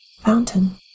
Fountain